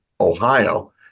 Ohio